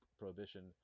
prohibition